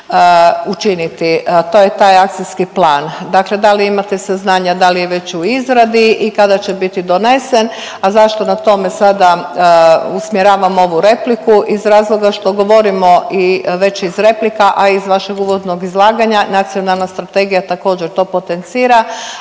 učiniti. To je taj akcijski plan. Dakle, da li imate saznanja da li je već u izradi i kada će biti donesen? A zašto na tome sada usmjeravam ovu repliku? Iz razloga što govorimo i već iz replika, a i iz vašeg uvodnog izlaganja nacionalna strategija također to potencira,